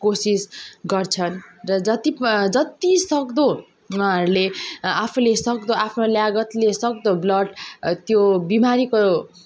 कोसिस गर्छन् र जति जति सक्दो उहाँहरूले आफूले सक्दो आफ्नो ल्यागतले सक्दो ब्लड त्यो बिमारीको